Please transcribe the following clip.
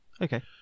Okay